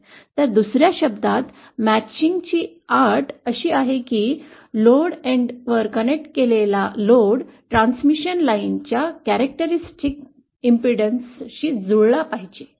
तर दुस या शब्दांत जुळणीची अट अशी आहे की लोड एन्डवर कनेक्ट केलेला भार ट्रान्समिशन लाइनच्या वैशिष्ट्यपूर्ण अडथळाशी जुळला पाहिजे